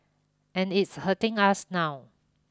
and it's hurting us now